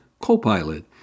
Copilot